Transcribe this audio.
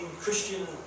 Christian